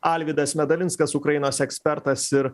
alvydas medalinskas ukrainos ekspertas ir